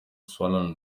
swollen